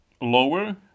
lower